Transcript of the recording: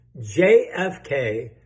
JFK